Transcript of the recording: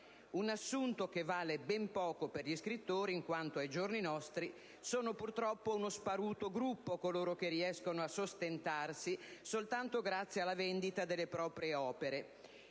un assunto che vale ben poco per gli scrittori, in quanto ai giorni nostri sono purtroppo uno sparuto gruppo coloro che riescono a sostentarsi soltanto grazie alla vendita delle proprie opere.